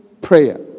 prayer